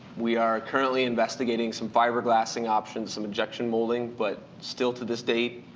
we are currently investigating some fiberglassing options, some injection molding, but still to this date,